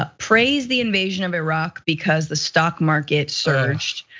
ah praise the invasion of iraq because the stock market surged.